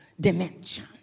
dimension